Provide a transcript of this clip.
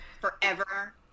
forever